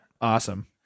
awesome